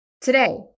Today